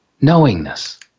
knowingness